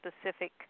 specific